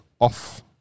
off